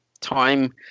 time